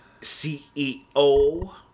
CEO